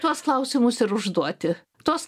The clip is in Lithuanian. tuos klausimus ir užduoti tuos